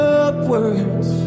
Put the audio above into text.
upwards